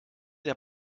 der